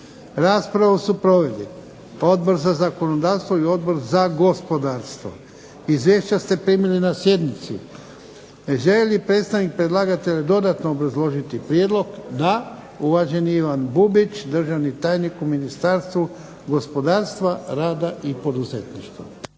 Raspravu su proveli Odbor za zakonodavstvo i Odbor za gospodarstvo. Izvješća ste primili na sjednici. Želi li predstavnik predlagatelja dodatno obrazložiti prijedlog? Da. Uvaženi Ivan Bubić državni tajnik u Ministarstvu gospodarstva, rada i poduzetništva.